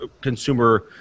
consumer